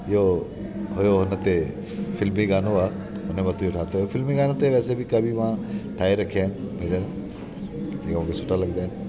इहो हुयो उनते फिल्मी गानो आहे उन वक़्त ई ठातो फिल्मी गाननि ते काफी मां ठाहे रखिया इन भॼन हो बि सुठा लॻंदा आहिनि